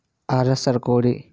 RSR కోడి